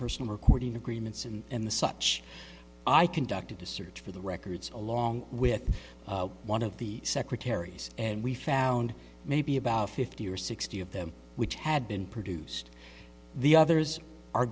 personal recording agreements and the such i conducted a search for the records along with one of the secretaries and we found maybe about fifty or sixty of them which had been produced the others are